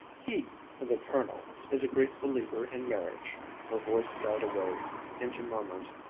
he the colonel is a great believer in marriage her voice died away into murmurs.